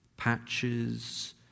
Patches